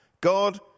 God